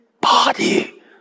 body